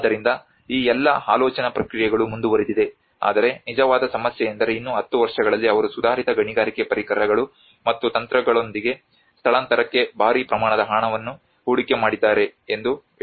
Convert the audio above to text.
ಆದ್ದರಿಂದ ಈ ಎಲ್ಲಾ ಆಲೋಚನಾ ಪ್ರಕ್ರಿಯೆಗಳು ಮುಂದುವರೆದಿದೆ ಆದರೆ ನಿಜವಾದ ಸಮಸ್ಯೆ ಎಂದರೆ ಇನ್ನೂ 10 ವರ್ಷಗಳಲ್ಲಿ ಅವರು ಸುಧಾರಿತ ಗಣಿಗಾರಿಕೆ ಪರಿಕರಗಳು ಮತ್ತು ತಂತ್ರಗಳೊಂದಿಗೆ ಸ್ಥಳಾಂತರಕ್ಕೆ ಭಾರಿ ಪ್ರಮಾಣದ ಹಣವನ್ನು ಹೂಡಿಕೆ ಮಾಡಿದ್ದಾರೆ ಎಂದು ಹೇಳೋಣ